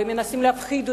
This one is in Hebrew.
ומנסים להפחיד אותנו.